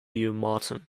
martin